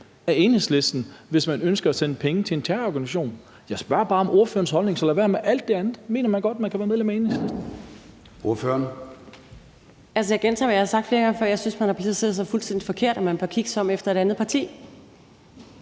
hvis man ønsker at sende penge til en terrororganisation. Jeg spørger bare om ordførerens holdning, så lad være med alt det andet. Mener man godt, at man kan være medlem af Enhedslisten og gøre det? Kl. 13:23 Formanden (Søren Gade): Ordføreren. Kl. 13:23 Trine Pertou Mach (EL): Altså, jeg gentager, hvad jeg har sagt flere gange før: Jeg synes, man har placeret sig fuldstændig forkert, og at man bør kigge sig om efter et andet parti.